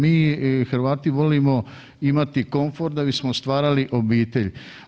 Mi Hrvati volimo imati komfor da bismo stvarali obitelj.